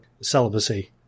celibacy